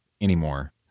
anymore